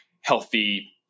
healthy